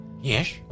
Yes